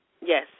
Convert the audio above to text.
Yes